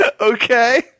Okay